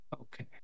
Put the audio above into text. Okay